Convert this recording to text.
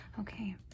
Okay